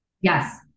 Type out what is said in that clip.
Yes